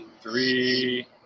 three